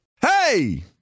Hey